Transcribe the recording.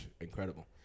Incredible